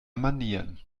manieren